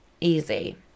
easy